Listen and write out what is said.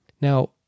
Now